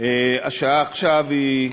השעה עכשיו היא,